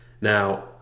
Now